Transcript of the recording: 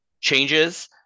changes